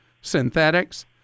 synthetics